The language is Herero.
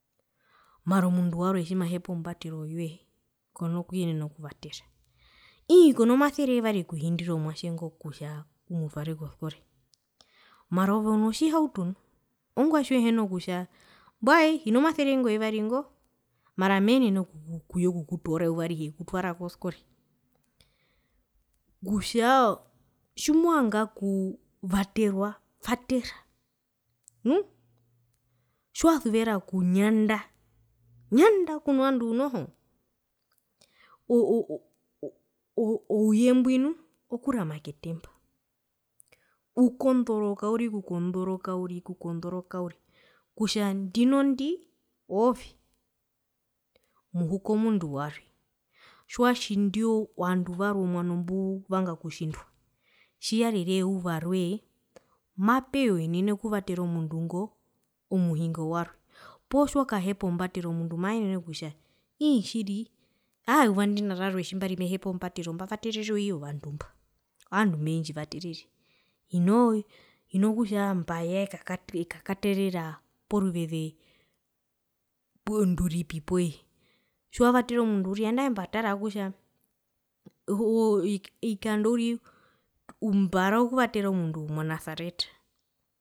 Mara omundu warwe tjimahepa ombatero yoe kona kuyenena okuvatera. Ii kono masere yevari okuhindira omwatje ngo kutja umutware koskole mara ove uno tjihauto nu ongwae tjihina kutja mbwae hina masere ingo yevari ngo posia menene okuyekukutoora eyuva arihe okutwara koskole kutja tjimovanga okuvaterwa vatera uumm tjiwasuvera okunyanda nyanda kuno vandu noho oo ou oo ouyembwi nu okurama kwetema ukondoroka uriri okukondoroka uriri okukondoroka uriri kutja ndinondi oove muhuka omundu warwe tjiwatjindi omwano mbuvanga okutjindwa tjiyarire eyuva roe mapeya oenene okuvatera omundu ngo omuhingowarwe poo tjiwakahepa ombatero omundu maenene kutja ii tjiri aa eyuva ndina indo rarwe tjimbari amehepa ombatero mbavatererwe iyo vandu mba ovandu mbendjivaterere hinoo hino kutja mbaya akate ekakaterera poruveze nduripi pooye tjiwavatere omundu uriri andae mbatarera oo ovikando uriri mbarora okuvatera omundu monasareta.